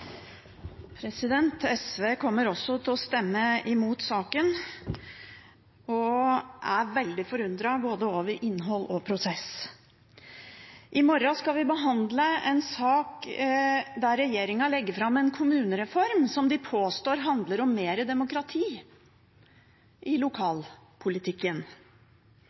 veldig forundret over både innhold og prosess. I morgen skal vi behandle en sak der regjeringen legger fram en kommunereform som de påstår handler om mer demokrati i lokalpolitikken.